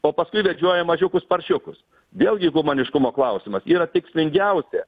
o paskui vedžioja mažiukus paršiukus vėlgi humaniškumo klausimas yra tikslingiausia